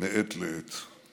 מעת לעת.